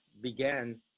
began